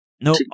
No